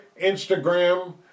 Instagram